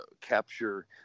capture